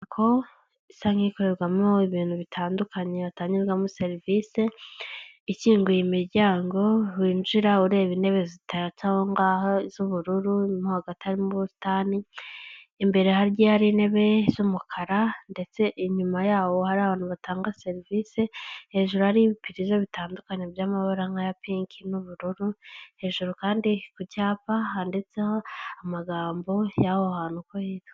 Inyubako isa nk'ikorerwamo ibintu bitandukanye hatangirwamo serivisi ikinguye imiryango, winjira ureba intebe zitatse aho ngaho z'ubururu mo hagati harimo ubusitani, imbere hirya hari intebe z'umukara ndetse inyuma yaho hari abantu batanga serivisi, hejuru hari ibipirizo bitandukanye by'amabara nk'aya pinki n'ubururu, hejuru kandi ku cyapa handitseho amagambo y'aho hantu uko hitwa.